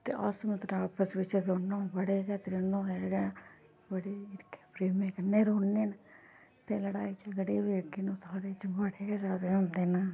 ते अस मगरा आपस बिच्च दोनो बड़े गै त्रैनो बड़े गै बड़े हिरख प्रेमै कन्नै रौह्न्ने न ते लड़ाई झगड़े बी जेह्के न ओह् साढ़े च बड़े गै ज्यादा होंदे न